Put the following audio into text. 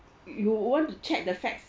you would want to check the facts